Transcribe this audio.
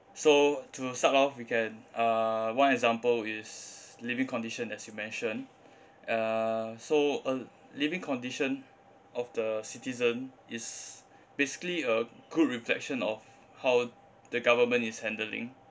so to start off we can uh one example is living condition as you mentioned uh so a living condition of the citizen is basically a good reflection of how the government is handling